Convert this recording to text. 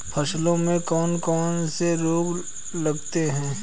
फसलों में कौन कौन से रोग लगते हैं?